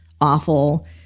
awful